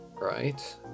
Right